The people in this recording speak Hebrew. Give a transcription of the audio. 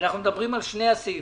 אנחנו מדברים על שני הסעיפים.